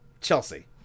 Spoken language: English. Chelsea